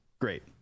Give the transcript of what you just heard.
Great